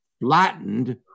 flattened